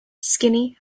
skinny